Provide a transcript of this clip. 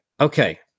okay